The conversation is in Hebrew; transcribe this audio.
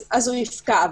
הוא יפקע,